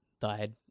died